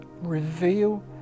reveal